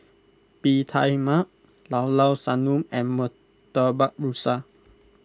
Bee Tai Mak Llao Llao Sanum and Murtabak Rusa